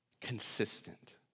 consistent